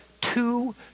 two